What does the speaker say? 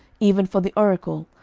even for the oracle,